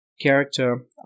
character